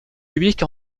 publiques